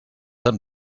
amb